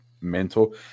mental